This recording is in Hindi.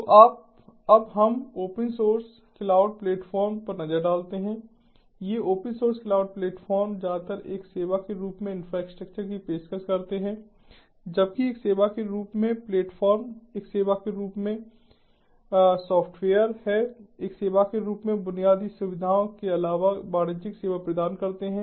तो अब हम ओपन स्रोत क्लाउड प्लेटफ़ॉर्म पर नज़र डालते हैं ये ओपन सोर्स क्लाउड प्लेटफ़ॉर्म ज्यादातर एक सेवा के रूप में इंफ्रास्ट्रक्चर की पेशकश करते हैं जबकि एक सेवा के रूप में प्लेटफ़ॉर्म एक सेवा के रूप में सॉफ्टवेयर है एक सेवा के रूप में बुनियादी सुविधाओं के अलावा वाणिज्यिक सेवा प्रदान करते हैं